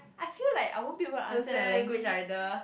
I feel like I won't be able to understand their language like the